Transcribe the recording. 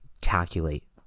calculate